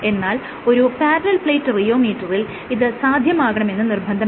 എന്നാൽ ഒരു parallel plate റിയോമീറ്ററിൽ ഇത് സാധ്യമാകണമെന്ന് നിർബന്ധമില്ല